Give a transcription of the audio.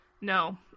no